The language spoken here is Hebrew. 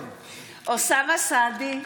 (קוראת בשם חבר הכנסת) אוסאמה סעדי,